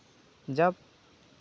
ᱡᱟᱠ